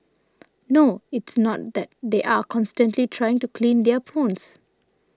no it's not that they are constantly trying to clean their phones